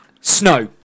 snow